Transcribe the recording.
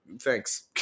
thanks